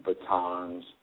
batons